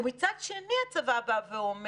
ומצד שני הצבא אומר: